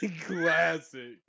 classic